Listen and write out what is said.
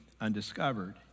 undiscovered